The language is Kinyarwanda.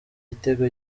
gitego